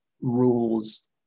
rules